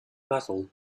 metal